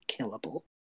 killable